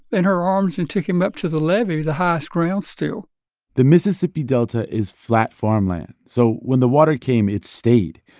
in her arms and took him up to the levee, the highest ground still the mississippi delta is flat farmland, so when the water came, it stayed.